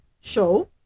show